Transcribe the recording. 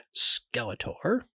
Skeletor